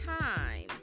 time